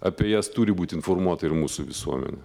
apie jas turi būti informuota ir mūsų visuomenė